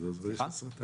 סליחה?